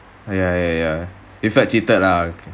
ya ya ya it felt cheated lah